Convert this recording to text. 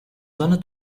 sonne